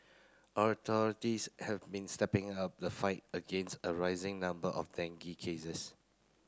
authorities have been stepping up the fight against a rising number of dengue cases